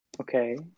Okay